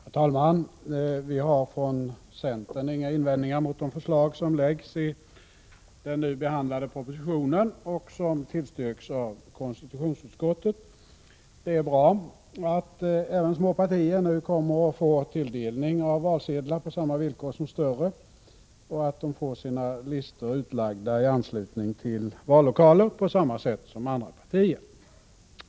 Herr talman! Vi har från centern inga invändningar mot de förslag som läggs fram i den nu behandlade propositionen och som tillstyrks av konstitutionsutskottet. Det är bra att även små partier nu kommer att få tilldelning av valsedlar på samma villkor som större och att de får sina listor utlagda i anslutning till vallokalen på samma sätt som andra partier.